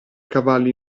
cavalli